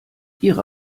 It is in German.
ihre